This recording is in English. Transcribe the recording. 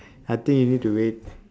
I think you need to wait